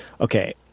okay